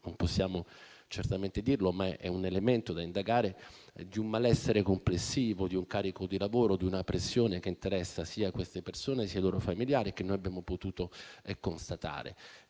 non possiamo dirlo con certezza, ma è un elemento da indagare - di un malessere complessivo, di un certo carico di lavoro, di una pressione che interessa sia queste persone sia i loro familiari, come abbiamo potuto constatare.